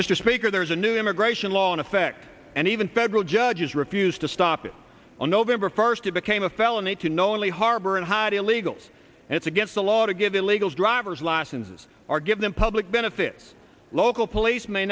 mr speaker there's a new immigration law in effect and even federal judges refused to stop it on november first it became a felony to knowingly harbor and hide illegals and it's against the law to give illegals driver's licenses or give them public benefits local police may